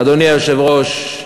אדוני היושב-ראש,